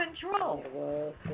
control